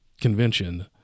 convention-